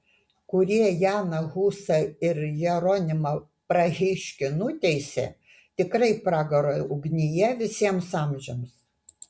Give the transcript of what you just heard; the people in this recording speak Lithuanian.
kurie janą husą ir jeronimą prahiškį nuteisė tikrai pragaro ugnyje visiems amžiams